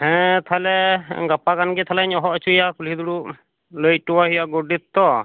ᱦᱮᱸ ᱛᱟᱦᱚᱞᱮ ᱜᱟᱯᱟ ᱜᱟᱱ ᱜᱮᱛᱟᱦᱞᱮᱧ ᱦᱚᱦᱚ ᱦᱚᱪᱚᱭᱟ ᱠᱩᱞᱦᱤ ᱫᱩᱯᱩᱵ ᱞᱟᱹᱭ ᱦᱚᱴᱚᱣᱟᱭ ᱦᱩᱭᱩᱜᱼᱟ ᱜᱚᱰᱮᱛ ᱛᱚ